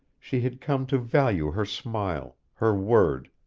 she had come to value her smile, her word,